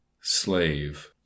slave